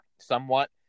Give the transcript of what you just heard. somewhat